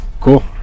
cool